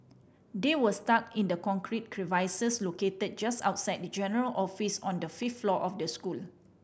they were stuck in the concrete crevices located just outside the general office on the fifth floor of the school